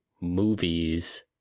movies